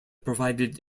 provided